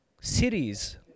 cities